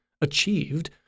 achieved